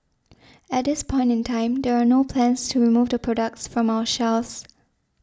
at this point in time there are no plans to remove the products from our shelves